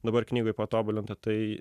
dabar knygoj patobulinta tai